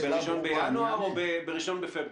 זה בראשון בינואר או בראשון בפברואר?